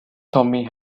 tommy